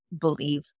believe